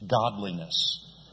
godliness